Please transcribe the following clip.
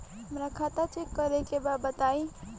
हमरा खाता चेक करे के बा बताई?